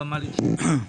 הבמה לרשותך.